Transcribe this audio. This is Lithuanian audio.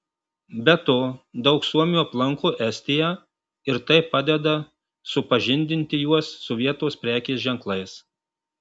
be to daug suomių aplanko estiją ir tai padeda supažindinti juos su vietos prekės ženklais